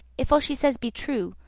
if all she says be true,